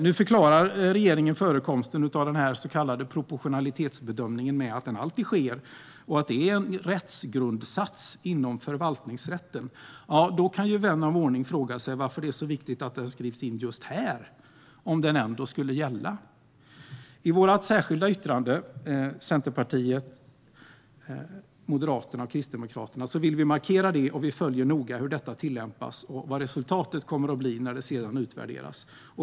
Nu förklarar regeringen förekomsten av den så kallade proportionalitetsbedömningen med att den alltid sker och att det är en rättsgrundsats inom förvaltningsrätten. Då kan ju vän av ordning fråga sig varför det är så viktigt att den skrivs in just här, om den ändå skulle gälla. I Centerpartiets, Moderaternas och Kristdemokraternas särskilda yttrande vill vi markera detta, och vi följer noga hur det tillämpas och vad resultatet blir när det sedan utvärderas.